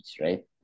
right